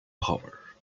power